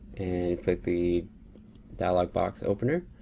and click the dialog box opener.